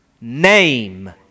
name